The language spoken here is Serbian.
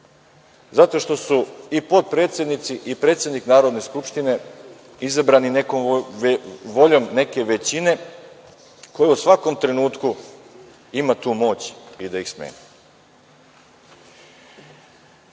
Zato što su i potpredsednici i predsednik Narodne skupštine izabrani voljom neke većine koja u svakom trenutku ima tu moć i da ih smeni. Tako